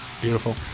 Beautiful